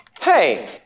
Hey